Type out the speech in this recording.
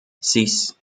six